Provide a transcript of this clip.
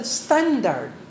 standard